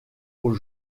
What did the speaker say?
aux